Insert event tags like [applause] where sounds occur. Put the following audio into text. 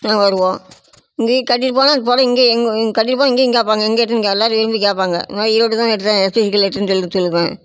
வருவோம் இங்கேயும் கட்டிட்டு போனால் அந்த புடவ இங்கே எங்கே எங்கே கட்டிட்டு போனால் இங்கேயும் கேட்பாங்க எங்கே எடுத்ததேன்னு இங்கே எல்லோரும் விரும்பி கேட்பாங்க இது மாதிரி ஈரோட்டில் தான் எடுத்தேன் எஸ் சி சில்க் [unintelligible] சொல்லி சொல்லிக்குவேன்